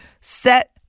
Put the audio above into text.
set